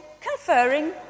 conferring